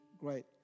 Great